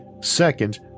Second